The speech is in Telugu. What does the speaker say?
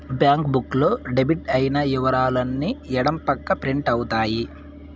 బ్యాంక్ బుక్ లో డెబిట్ అయిన ఇవరాలు అన్ని ఎడం పక్క ప్రింట్ అవుతాయి